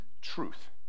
truth